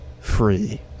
free